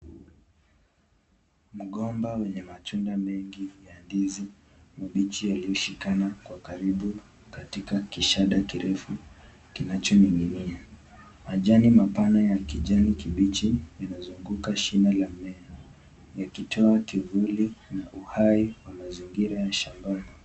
Mgomba wenye matunda mengi ya ndizi mbichi yaliyo shikana kwa karibu katika kishada kirefu kinacho ninginia. Majani mapana ya kijani kibichi imezunguka shina la mmea yakitoa kivuli na uhai kwa mazingira ya shambani.